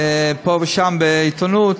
פה ושם בעיתונות,